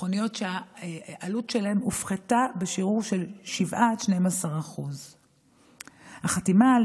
מכוניות שהעלות שלהן הופחתה בשיעור של 7% 12%. החתימה על